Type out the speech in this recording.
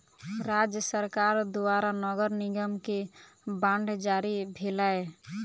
राज्य सरकार द्वारा नगर निगम के बांड जारी भेलै